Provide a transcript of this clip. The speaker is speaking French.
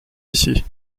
ici